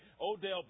Odell